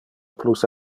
plus